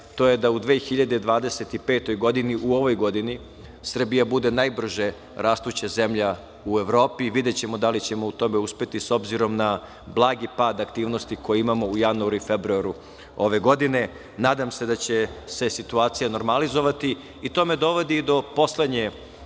to je da u 2025. godini, u ovoj godini, Srbija bude najbrže rastuća zemlja u Evropi i videćemo da li ćemo u tome uspeti, s obzirom na blagi pad aktivnosti koje imamo u januaru u i februaru ove godine. Nadam se da će se situacija normalizovati i to me dovodi do poslednje